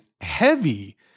heavy